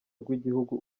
rw’igihugu